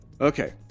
Okay